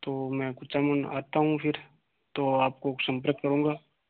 तो में पंचानबे में आता हूँ फिर तो आपको संपर्क करूंगा